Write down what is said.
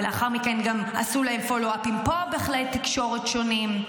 ולאחר מכן גם עשו להם פולו-אפים פה בכלי תקשורת שונים.